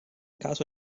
caso